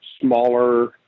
smaller